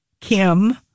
Kim